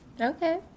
Okay